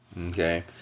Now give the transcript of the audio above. Okay